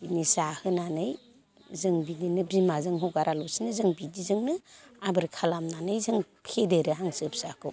बिनो जाहोनानै जों बिदिनो बिमाजों हगारालासिनो जों बिदिजोंनो आबोर खालामनानै जों फेदेरो हांसो फिसाखौ